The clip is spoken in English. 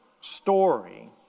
story